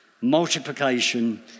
Multiplication